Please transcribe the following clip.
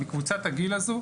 מקבוצת הגיל הזו,